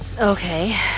Okay